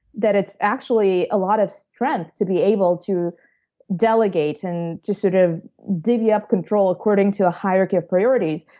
that it's actually a lot of strength to be able to delegate and to sort of diddly-up control according to a hierarchy of priorities.